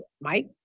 Mike